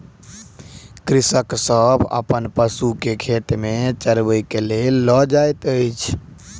कृषक सभ अपन पशु के खेत में चरबै के लेल लअ जाइत अछि